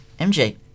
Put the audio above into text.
MJ